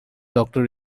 doctor